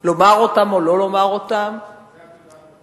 לומר אותן או לא לומר אותן, את יודעת בוודאות?